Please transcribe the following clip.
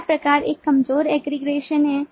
पहला प्रकार एक कमजोर aggregation है